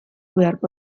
beharko